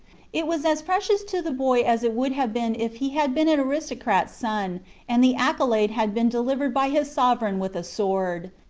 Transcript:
it was as precious to the boy as it would have been if he had been an aristocrat's son and the accolade had been delivered by his sovereign with a sword.